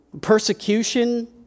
persecution